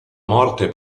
morte